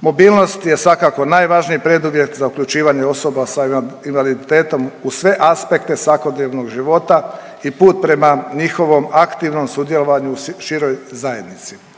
Mobilnost je svakako najvažniji preduvjet za uključivanje osoba sa invaliditetom u sve aspekte svakodnevnog života i put prema njihovom aktivnom sudjelovanju u široj zajednici.